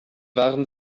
waren